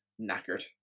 knackered